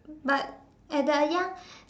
but at that young